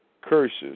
curses